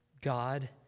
God